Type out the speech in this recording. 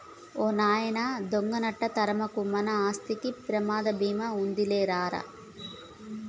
ఓ నాయనా దొంగలంట తరమకు, మన ఆస్తులకి ప్రమాద బీమా ఉండాదిలే రా రా